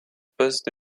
poste